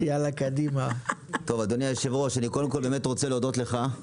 אדוני היושב-ראש, אני רוצה להודות לך על